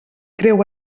creu